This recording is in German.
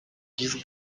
diesen